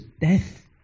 death